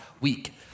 week